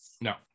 No